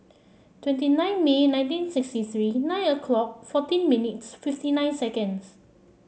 twenty nine May nineteen sixty three nine o'clock fourteen minutes fifty nine seconds